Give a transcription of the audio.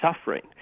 suffering